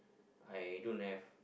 I don't have